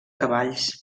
cavalls